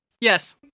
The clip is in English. yes